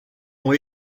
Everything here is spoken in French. ont